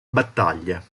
battaglia